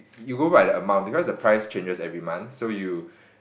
you go write the amount because the price changes every month so you